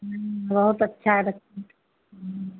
हाँ बहुत अच्छा है बच्चा हाँ